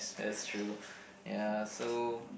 that's true ya so